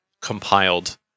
compiled